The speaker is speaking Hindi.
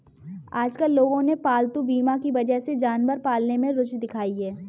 आजकल लोगों ने पालतू बीमा की वजह से जानवर पालने में रूचि दिखाई है